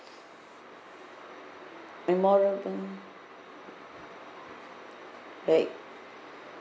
right